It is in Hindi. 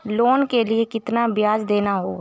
लोन के लिए कितना ब्याज देना होगा?